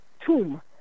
tomb